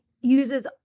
uses